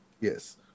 Yes